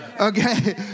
Okay